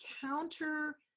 counter